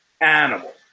animal